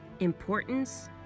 importance